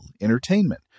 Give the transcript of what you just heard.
entertainment